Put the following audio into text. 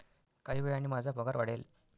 काही वेळाने माझा पगार वाढेल